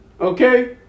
okay